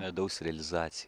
medaus realizacija